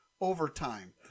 overtime